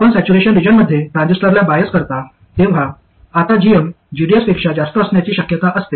आपण सॅच्युरेशन रिजनमध्ये ट्रान्झिस्टरला बायस करता तेव्हा आता gm gds पेक्षा जास्त असण्याची शक्यता असते